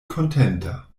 kontenta